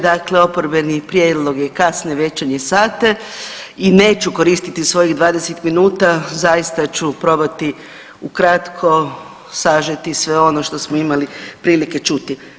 Dakle, oporbeni prijedlog je kasne večernje sate i neću koristiti svojih 20 minuta zaista ću probati ukratko sažeti sve ono što smo imali prilike čuti.